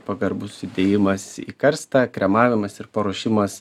pagarbus įdėjimas į karstą kremavimas ir paruošimas